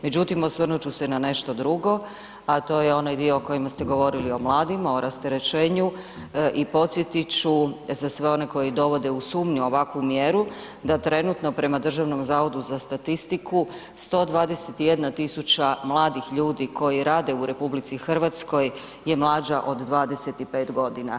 Međutim, osvrnut ću se na nešto drugo, a to je onaj dio o kojemu ste govorili o mladima, o rasterećenju i podsjetit ću za sve one koji dovode u sumnju ovakvu mjeru da trenutno prema Državnom zavodu za statistiku 121.000 mladih ljudi koji rade u RH je mlađa od 25 godina.